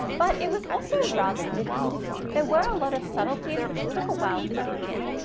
but it was also rather difficult. there were a lot of subtleties which took a while to sink in.